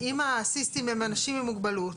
אם האסיסטים הם אנשים עם מוגבלות.